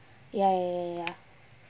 ya ya ya ya ya